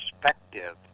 perspective